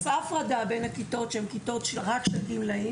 את עושה הפרדה בין הכיתות שהן כיתות רק של גמלאים